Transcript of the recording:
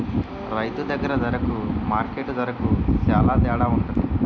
రైతు దగ్గర దరకు మార్కెట్టు దరకు సేల తేడవుంటది